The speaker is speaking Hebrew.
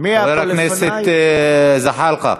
חבר הכנסת זחאלקה,